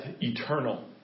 eternal